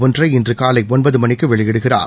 ஒன்றை இன்றுகாலைஒன்பதுமணிக்குவெளியிடுகிறார்